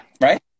Right